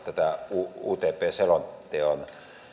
utp selonteon